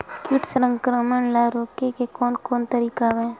कीट संक्रमण ल रोके के कोन कोन तरीका हवय?